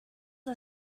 are